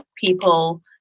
people